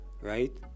right